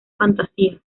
fantasía